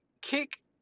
kick